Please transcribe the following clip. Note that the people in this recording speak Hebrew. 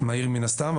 מן הסתם.